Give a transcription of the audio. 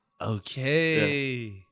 Okay